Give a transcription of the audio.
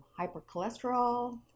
hypercholesterol